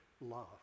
love